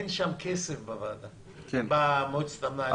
אין שם כסף במועצת המנהלים.